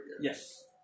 Yes